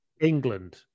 England